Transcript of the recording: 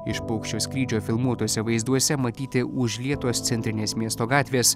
iš paukščio skrydžio filmuotuose vaizduose matyti užlietos centrinės miesto gatvės